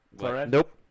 nope